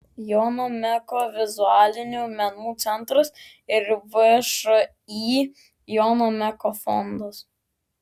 jono meko vizualinių menų centras ir všį jono meko fondas